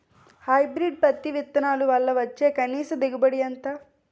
Hybrid పత్తి విత్తనాలు వల్ల వచ్చే కనీస దిగుబడి ఎంత?